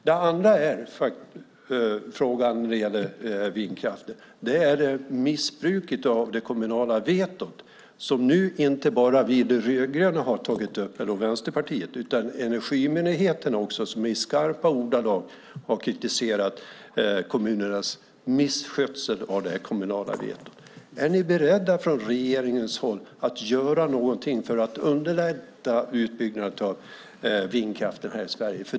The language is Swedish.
Den andra frågan när det gäller vindraft gäller missbruket av det kommunala vetot, som nu inte bara vi i De rödgröna och Vänsterpartiet har tagit upp utan också Energimyndigheten. Myndigheten har i skarpa ordalag kritiserat kommunernas misskötsel av det kommunala vetot. Är ni beredda från regeringens håll att göra någonting för att underlätta utbyggnaden av vindkraften här i Sverige?